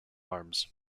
arms